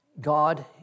God